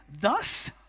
thus